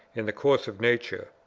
in the course of nature.